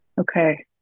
Okay